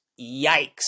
yikes